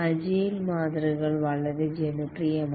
agile മാതൃകകൾ വളരെ ജനപ്രിയമായി